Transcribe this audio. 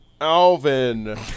Alvin